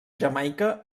jamaica